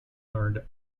learned